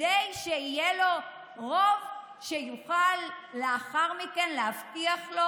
כדי שיהיה לו רוב שיוכל לאחר מכן להבטיח לו